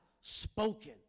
spoken